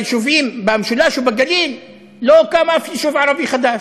ביישובים במשולש או בגליל לא קם אף יישוב ערבי חדש.